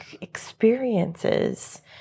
experiences